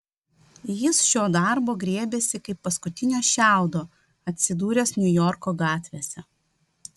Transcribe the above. jis šio darbo griebėsi kaip paskutinio šiaudo atsidūręs niujorko gatvėse